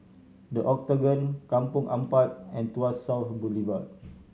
The Octagon Kampong Ampat and Tuas South Boulevard